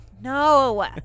No